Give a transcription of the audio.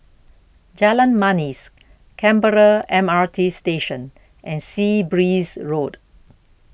Jalan Manis Canberra M R T Station and Sea Breeze Road